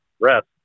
rest